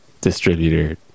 distributor